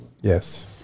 Yes